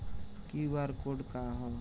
QR code का ह?